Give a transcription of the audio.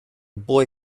boy